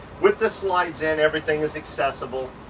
with the slides in everything is accessible.